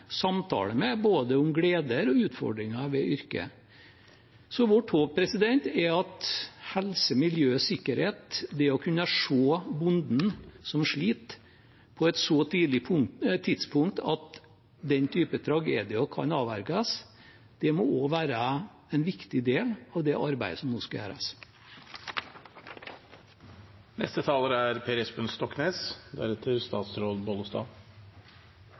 med, samtale med, om både gleder og utfordringer ved yrket. Så vårt håp er at helse, miljø og sikkerhet, det å kunne se bonden som sliter, på et så tidlig tidspunkt at den typen tragedier kan avverges, også må være en viktig del av det arbeidet som nå skal